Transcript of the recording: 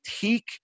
take